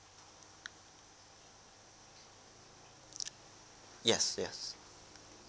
yes yes